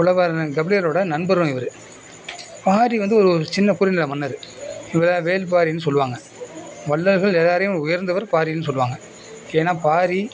புலவர் கபிலரோட நண்பரும் இவர் பாரி வந்து ஒரு சின்ன குறுநில மன்னர் இவரை வேல்பாரின்னு சொல்லுவாங்க வள்ளல்கள் எல்லோரையும் உயர்ந்தவர் பாரின்னு சொல்லுவாங்க ஏன்னா பாரி